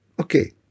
okay